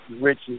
Richie